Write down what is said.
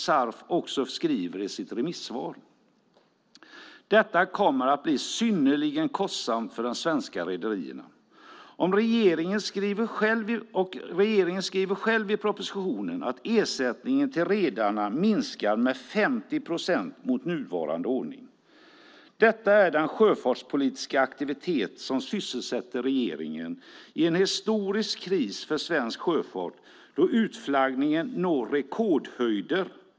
SARF skriver i sitt remissvar att detta kommer att bli synnerligen kostsamt för de svenska rederierna, och regeringen skriver själv i propositionen att ersättningen till redarna minskar med 50 procent mot nuvarande ordning. Detta är den sjöfartspolitiska aktivitet som sysselsätter regeringen i en historisk kris för svensk sjöfart, då utflaggningen når rekordhöjder.